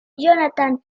jonathan